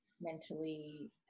mentally